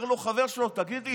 אומר לו חבר שלו: תגיד לי,